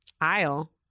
aisle